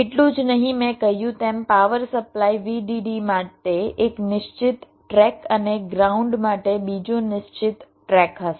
એટલું જ નહીં મેં કહ્યું તેમ પાવર સપ્લાય VDD માટે એક નિશ્ચિત ટ્રેક અને ગ્રાઉન્ડ માટે બીજો નિશ્ચિત ટ્રેક હશે